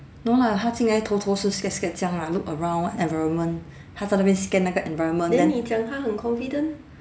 no lah 他进来偷偷是 scared scared 这样啦 look around environment 他在那边 scan 那个 environment then